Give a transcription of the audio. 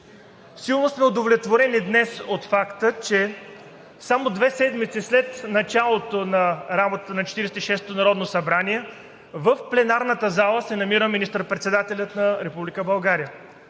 Силно сме удовлетворени днес от факта, че само две седмици след началото на работата на Четиридесет и шестото народно събрание в пленарната зала се намира министър-председателят на Република България.